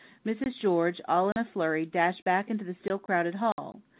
mrs. george, all in a flurry, dashed back into the still crowded hall.